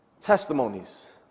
testimonies